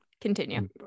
continue